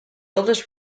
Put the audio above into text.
oldest